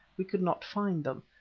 we could not find them,